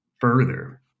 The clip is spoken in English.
further